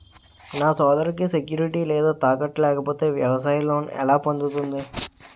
నా సోదరికి సెక్యూరిటీ లేదా తాకట్టు లేకపోతే వ్యవసాయ లోన్ ఎలా పొందుతుంది?